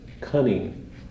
cunning